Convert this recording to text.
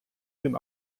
den